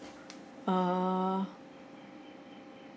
err